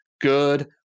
good